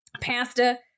pasta